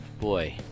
boy